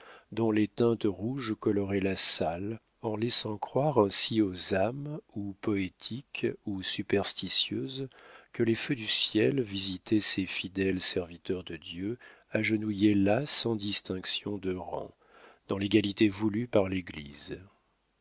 dont les teintes rouges coloraient la salle en laissant croire ainsi aux âmes ou poétiques ou superstitieuses que les feux du ciel visitaient ces fidèles serviteurs de dieu agenouillés là sans distinction de rang dans l'égalité voulue par l'église